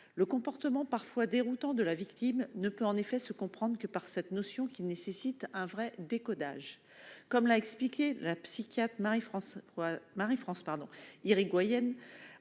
Le comportement parfois déroutant de la victime ne peut en effet se comprendre que par cette notion, qui nécessite un vrai « décodage ». Comme l'a expliqué la psychiatre Marie-France Hirigoyen